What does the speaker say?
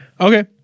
okay